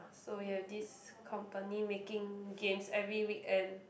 so we have this company making games every weekend